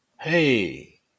hey